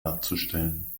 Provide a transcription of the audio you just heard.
darzustellen